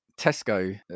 Tesco